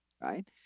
right